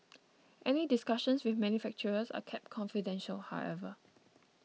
any discussions with manufacturers are kept confidential however